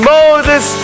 Moses